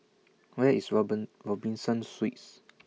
Where IS Robinson Suites